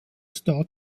star